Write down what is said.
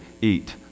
eat